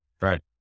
Right